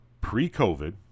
Pre-COVID